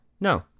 no